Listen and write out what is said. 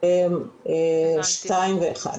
שתיים ואחד.